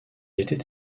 était